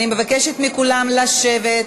אני מבקשת מכולם לשבת,